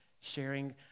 sharing